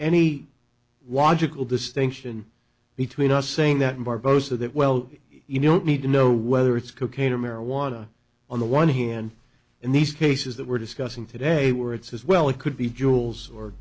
you call distinction between us saying that barbosa that well you know need to know whether it's cocaine or marijuana on the one hand and these cases that we're discussing today where it says well it could be jewels or